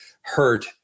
hurt